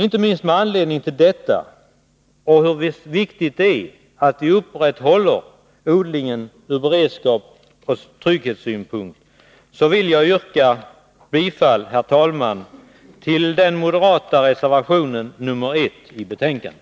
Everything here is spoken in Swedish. Inte minst med anledning av detta och med tanke på hur viktigt det är att vi upprätthåller odlingen ur beredskapsoch trygghetssynpunkt vill jag, herr talman, yrka bifall till den moderata reservationen nr 1 i utskottets betänkande.